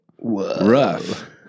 rough